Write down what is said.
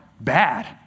bad